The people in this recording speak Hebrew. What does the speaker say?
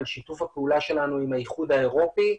על שיתוף הפעולה שלנו עם האיחוד האירופי,